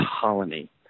Colony